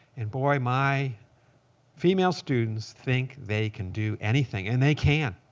and, boy, my female students think they can do anything, and they can,